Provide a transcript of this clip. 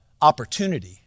opportunity